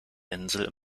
insel